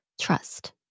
trust